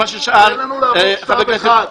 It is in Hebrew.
בכלי רכב כלשהו,